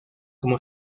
como